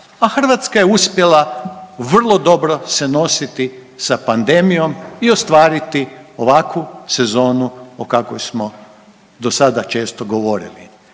a Hrvatska je uspjela vrlo dobro se nositi sa pandemijom i ostvariti ovakvu sezonu o kakvoj smo do sada često govorili